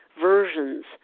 versions